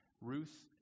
Ruth